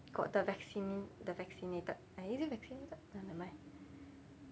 got the vaccine the vaccinated ah is it vaccinated !aiya! nevermind